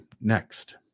next